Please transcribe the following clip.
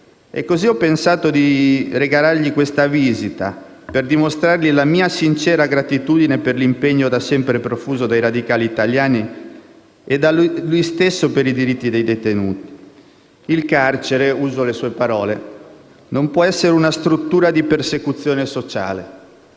e così ho pensato di regalargli questa visita per dimostrargli la mia sincera gratitudine per l'impegno da sempre profuso dai radicali italiani e da lui stesso per i diritti dei detenuti. Il carcere - uso le sue parole - non può essere una «struttura di persecuzione sociale»